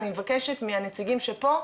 אני מבקשת מהנציגים שפה,